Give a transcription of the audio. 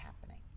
happening